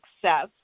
success